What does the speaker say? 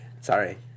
Sorry